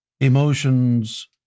emotions